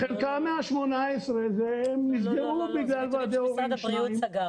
שניים נסגרו בגלל ועדי הורים.